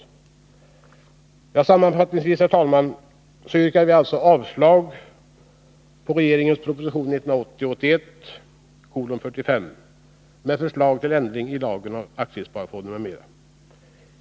Onsdagen den Sammanfattningsvis, herr talman, yrkar vi alltså avslag på regeringens 10 december 1980 proposition 1980/81:45 med förslag till ändring i lagen om aktiesparfonder, m.m.